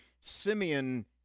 Simeon